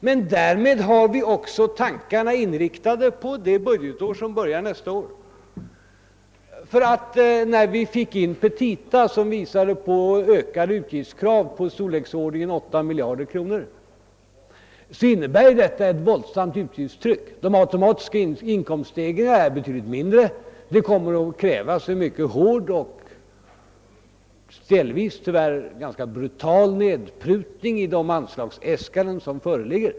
Men därmed har vi också tankarna inriktade på nästa budgetår. Petita som visar på ökade utgiftskrav i storleksordningen 8 miljarder kronor innebär naturligtvis ett våldsamt utgiftstryck. De automatiska inkomststegringarna är betydligt mindre. Det kommer att krävas en mycket hård och ställvis tyvärr ganska brutal nedprutning av de anslagsäskanden som föreligger.